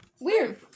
Weird